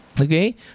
Okay